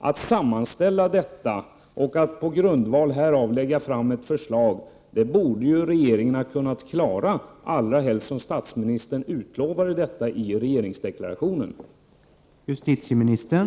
Att sammanställa detta och på grundval härav lägga fram ett förslag borde regeringen ha kunnat klara, allra helst som statsministern utlovade detta i regeringsdeklarationen.